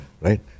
Right